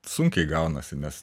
sunkiai gaunasi nes